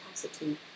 capacity